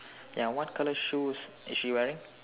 ya what colour shoes is she wearing